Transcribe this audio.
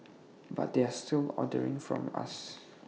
but they're still ordering from us